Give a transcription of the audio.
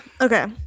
Okay